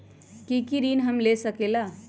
की की ऋण हम ले सकेला?